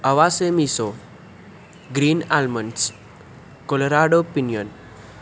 આવાસેમીશો green almonds Colorado opinion